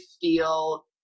feel